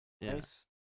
Yes